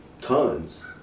tons